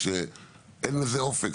שאין לזה אופק.